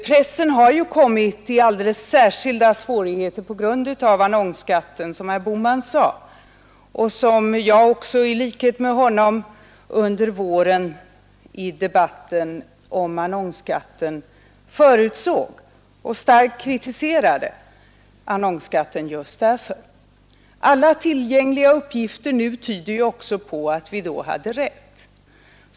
Pressen har ju kommit i alldeles särskilda svårigheter på grund av annonsskatten, som herr Bohman sade och som jag i likhet med honom under våren i debatten om annonsskatten förutsåg. Vi kritiserade ju också starkt annonsskatten just därför. Alla tillgängliga uppgifter nu tyder ju också på att vi då hade rätt.